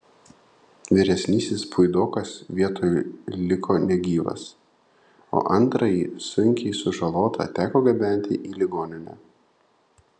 vyresnysis puidokas vietoj liko negyvas o antrąjį sunkiai sužalotą teko gabenti į ligoninę